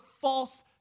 false